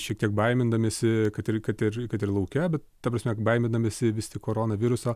šiek tiek baimindamiesi kad ir kad ir kad ir lauke bet ta prasme baimindamiesi vistik corona viruso